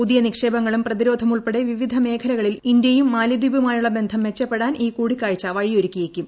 പുതിയ നിക്ഷേപങ്ങളും പ്രതിരോധമുൾപ്പെടെ വിവിധ മേഖലകളിൽ ഇന്ത്യയും മാലിദ്വീപുമായുള്ള ബന്ധം മെച്ചപ്പെടാൻ ഈ കൂടിക്കാഴ്ച വഴിയൊരുക്കിയേക്കും